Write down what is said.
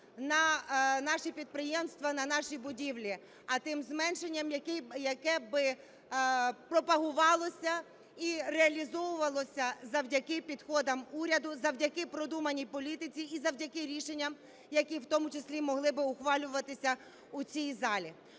на наші підприємства, на наші будівлі, а тим зменшенням, яке би пропагувалося і реалізовувалося завдяки підходам уряду, завдяки продуманій політиці і завдяки рішенням, які, в тому числі, могли би ухвалюватися в цій залі.